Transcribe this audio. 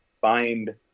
find